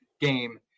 game